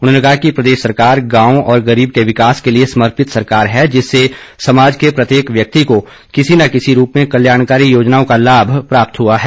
उन्होंने कहा कि प्रदेश सरकार गांव और गरीब के विकास के लिये समर्पित सरकार है जिसमे समाज के प्रत्येक व्यक्ति को किसी न किसी रूप में कल्याणकारी योजनाओं का लाभ प्राप्त हुआ है